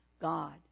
God